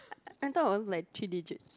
I thought was like three digits